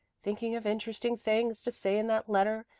thinking of interesting things to say in that letter,